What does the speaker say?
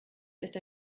ist